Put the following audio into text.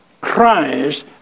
Christ